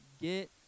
get